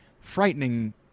frightening